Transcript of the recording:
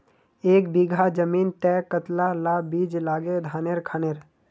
एक बीघा जमीन तय कतला ला बीज लागे धानेर खानेर?